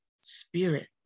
spirit